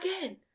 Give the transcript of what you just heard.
again